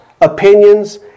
opinions